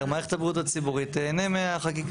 מערכת הבריאות הציבורית תיהנה מהחקיקה.